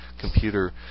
computer